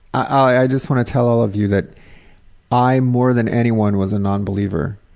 i just want to tell all of you that i more than anyone was a non-believer,